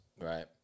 Right